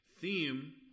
theme